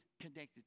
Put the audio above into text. connected